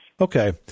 Okay